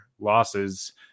losses